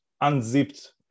unzipped